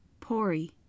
pori